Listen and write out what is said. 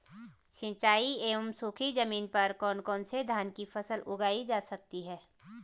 सिंचाई एवं सूखी जमीन पर कौन कौन से धान की फसल उगाई जा सकती है?